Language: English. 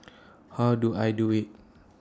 how do I do IT